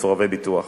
כ"מסורבי ביטוח",